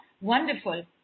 wonderful